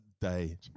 day